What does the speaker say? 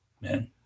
man